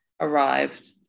arrived